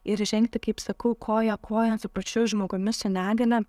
ir žengti kaip sakau koja kojon su pačiu žmogumi su negalia